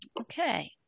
Okay